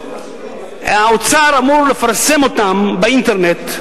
האוצר אמור לפרסם אותם באינטרנט,